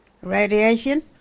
Radiation